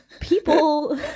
people